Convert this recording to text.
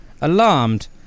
Alarmed